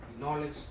knowledge